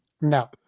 No